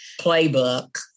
playbook